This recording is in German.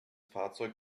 fahrzeug